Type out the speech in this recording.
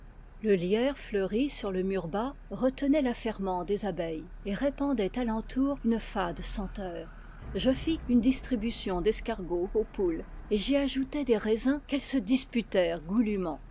le lierre fleuri sur le mur bas retenait l'affairement des abeilles et répandait alentour une fade senteur je fis une distribution d'escargots aux poules et j'y ajoutai des raisins qu'elle se disputèrent goulûment